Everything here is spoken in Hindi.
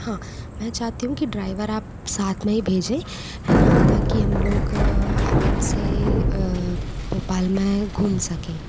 हाँ मैं चाहती हूँ कि ड्राइवर आप साथ में ही भेजें है ना ताकि हम लोग आराम से भोपाल में घूम सके